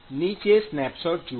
નીચે સ્નેપશોટ જુઓ